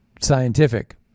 scientific